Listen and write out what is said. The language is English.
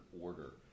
order